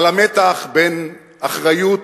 על המתח בין אחריות